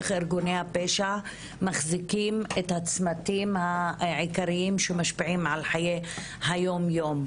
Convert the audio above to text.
איך ארגוני הפשע מחזיקים את הצמתים העיקריים שמשפיעים על חיי היום-יום,